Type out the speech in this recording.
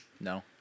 No